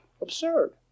absurd